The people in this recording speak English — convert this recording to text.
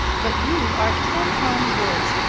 but you are ten times worse.